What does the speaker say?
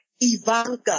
Ivanka